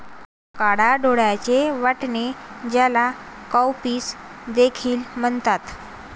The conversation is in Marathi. काळ्या डोळ्यांचे वाटाणे, ज्याला काउपीस देखील म्हणतात